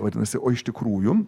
vadinasi o iš tikrųjų